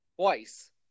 twice